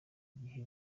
gihe